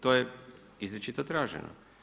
To je izričito traženo.